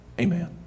Amen